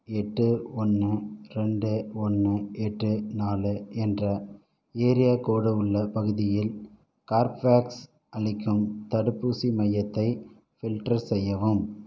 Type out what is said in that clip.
எட்டு ஒன்று ரெண்டு ஒன்று எட்டு நாலு என்ற ஏரியா கோடு உள்ள பகுதியில் கார்பவேக்ஸ் அளிக்கும் தடுப்பூசி மையத்தை ஃபில்டர் செய்யவும்